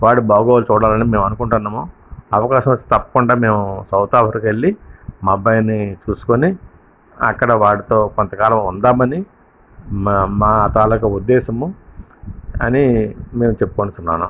వాడి బాగోగులు చూడాలని మేము అనుకుంటున్నాము అవకాశం వస్తే తప్పకుండా మేము సౌత్ ఆఫ్రికా వెళ్ళి మా అబ్బాయిని చూసుకొని అక్కడ వాడితో కొంతకాలం ఉందామని మా మా తాలూకా ఉద్దేశము అని మేము చెప్పుకొస్తున్నాను